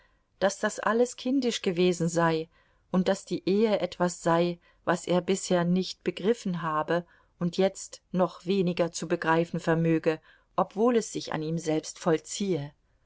daß das alles kindisch gewesen sei und daß die ehe etwas sei was er bisher nicht begriffen habe und jetzt noch weniger zu begreifen vermöge obwohl es sich an ihm selbst vollziehe